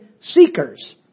seekers